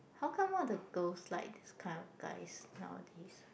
how all the girls like this kind of guys nowadays